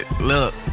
look